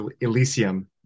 Elysium